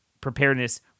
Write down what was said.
preparedness